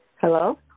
Hello